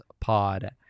pod